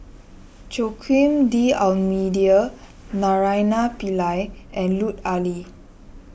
Joaquim D'Almeida Naraina Pillai and Lut Ali